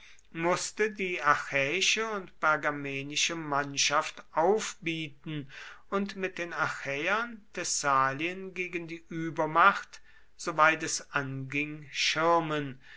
mußte die achäische und pergamenische mannschaft aufbieten und mit den achäern thessalien gegen die übermacht soweit es anging schirmen